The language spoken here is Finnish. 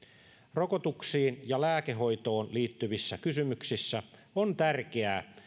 rokotuksiin ja lääkehoitoon liittyvissä kysymyksissä on tärkeää